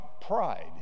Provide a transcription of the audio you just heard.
pride